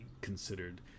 considered